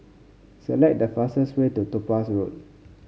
select the fastest way to Topaz Road